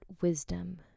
wisdom